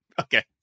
okay